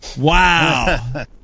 Wow